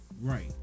Right